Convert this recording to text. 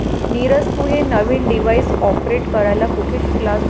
नीरज, तू हे नवीन डिव्हाइस ऑपरेट करायला कुठे शिकलास?